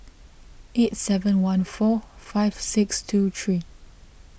eight seven one four five six two three